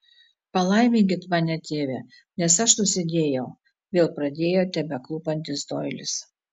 palaiminkit mane tėve nes aš nusidėjau vėl pradėjo tebeklūpantis doilis